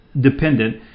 dependent